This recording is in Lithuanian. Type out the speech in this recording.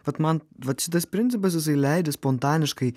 vat man vat šitas principas jisai leidžia spontaniškai